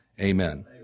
Amen